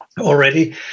already